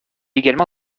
également